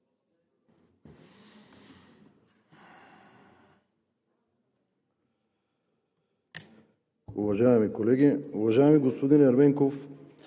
Уважаеми колеги! Уважаеми господин Ерменков,